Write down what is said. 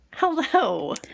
Hello